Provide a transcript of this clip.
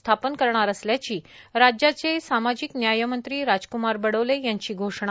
स्थापन करणार असल्याची राज्याचे सामाजिक न्याय मंत्री राजक्मार बडोले यांची घोषणा